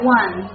one